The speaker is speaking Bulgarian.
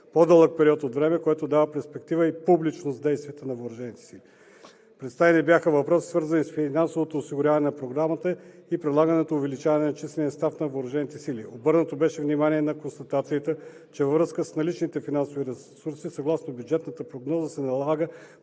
по-дълъг период от време, което дава перспектива и публичност в дейността на въоръжените сили. Поставени бяха въпроси, свързани с финансовото осигуряване на Програмата и предлаганото увеличаване на числения състав на въоръжените сили. Обърнато беше внимание на констатацията, че във връзка с наличните финансови ресурси, съгласно бюджетната прогноза, се налага